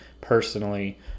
personally